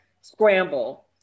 scramble